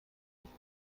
nicht